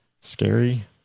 scary